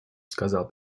сказал